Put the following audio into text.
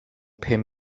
pum